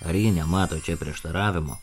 ar ji nemato čia prieštaravimo